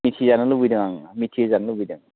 मिथिजानो लुगैदों आङो मिथिहोजानो लुगैदों